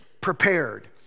prepared